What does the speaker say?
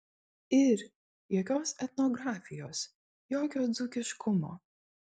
ir jokios etnografijos jokio dzūkiškumo